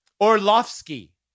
Orlovsky